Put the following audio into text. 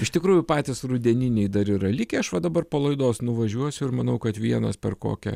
iš tikrųjų patys rudeniniai dar yra likę aš va dabar po laidos nuvažiuosiu ir manau kad vienas per kokią